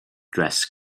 dress